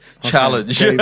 challenge